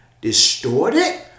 distorted